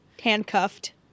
handcuffed